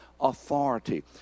authority